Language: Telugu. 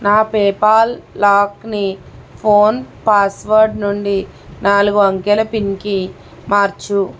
నా పేపాల్ లాక్ని ఫోన్ పాస్వర్డ్ నుండి నాలుగు అంకెల పిన్కి మార్చు